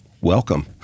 welcome